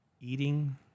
eating